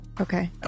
Okay